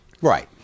Right